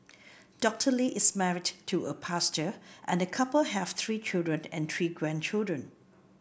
Doctor Lee is married to a pastor and the couple have three children and three grandchildren